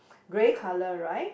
grey colour right